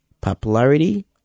Popularity